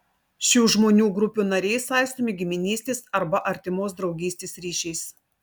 šių žmonių grupių nariai saistomi giminystės arba artimos draugystės ryšiais